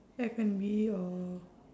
F&B or